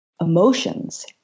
emotions